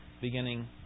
beginning